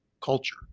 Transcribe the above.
culture